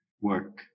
work